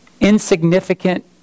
Insignificant